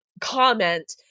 comment